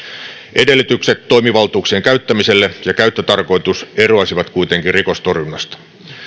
edellytykset toimivaltuuksien käyttämiselle ja käyttötarkoitus eroaisivat kuitenkin rikostorjunnasta